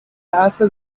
عصر